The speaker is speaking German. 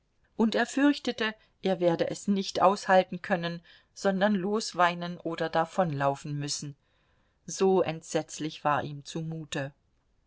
und er fürchtete er werde es nicht aushalten können sondern losweinen oder davonlaufen müssen so entsetzlich war ihm zumute